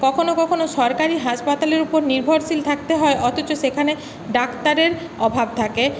কখনও কখনও সরকারি হাসপাতালের উপর নির্ভরশীল থাকতে হয় অথচ সেখানে ডাক্তারের অভাব থাকে